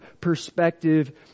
perspective